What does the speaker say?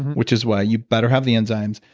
which is why you better have the enzymes,